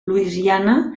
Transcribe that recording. louisiana